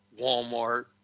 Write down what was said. Walmart